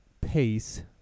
pace